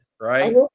right